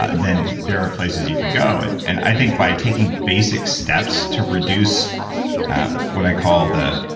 ah then there are places you can go. and and i think by taking basic steps to reduce what i call the.